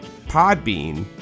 Podbean